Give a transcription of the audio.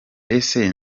ese